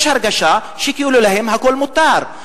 יש הרגשה כאילו להן הכול מותר,